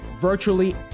virtually